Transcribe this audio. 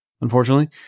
unfortunately